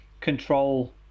control